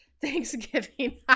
Thanksgiving